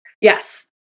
Yes